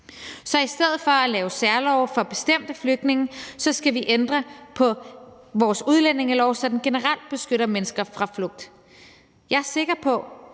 Så i stedet for at lave særlove for bestemte flygtninge skal vi ændre på vores udlændingelov, så den generelt beskytter mennesker på flugt. Jeg er sikker på,